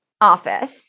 office